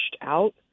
out